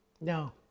No